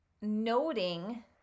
noting